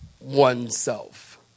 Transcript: oneself